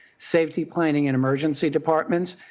safety planning in emergency departments.